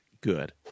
good